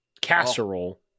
casserole